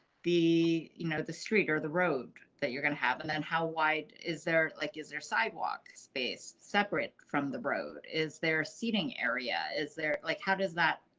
the you know the street or the road that you're going to have and then how wide is there? like is there sidewalks space separate from the road? is there a seating area? is there like, how does that.